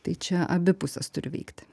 tai čia abi pusės turi veikti